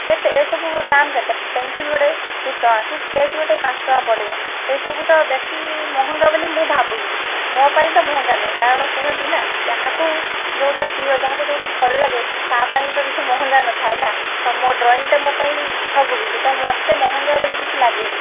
କେତେ ଏ ସବୁ ଦାମ କେତେ ପେନସିଲ ଗୋଟେ ଦୁଇ ଟଙ୍କା କି ସ୍କେଚ ଗୋଟେ ପାଞ୍ଚଟଙ୍କା ପଡ଼ିବ ଏ ସବୁ ତ ବେଶୀ ମହଙ୍ଗା ବୋଲି ମୁଁ ଭାବୁନି ମୋ ପାଇଁ ତ ମହଙ୍ଗା ନୁହେଁ କାରଣ କୁହନ୍ତି ନା ଯାହାକୁ ଯେଉଁଟା ପ୍ରିୟ ଯାହାକୁ ଯେଉଁଟା ଭଲ ଲାଗେ ତା ପାଇଁ ତ କିଛି ମହଙ୍ଗା ନଥାଏ ନା ତ ମୋ ଡ୍ରଇଂଟା ମୋ ପାଇଁ ସବୁ କିଛି ତ ମତେ ମହଙ୍ଗା ବୋଲି କିଛି ଲାଗେନି